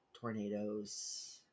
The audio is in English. tornadoes